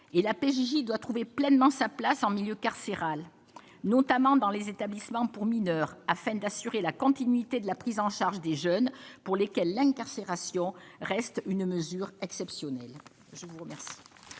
et la PJJ doit trouver pleinement sa place en milieu carcéral, notamment dans les établissements pour mineurs afin d'assurer la continuité de la prise en charge des jeunes pour lesquels l'incarcération reste une mesure exceptionnelle. Je vous remercie.